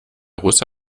russe